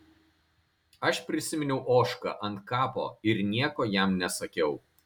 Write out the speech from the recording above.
aš prisiminiau ožką ant kapo ir nieko jam nesakiau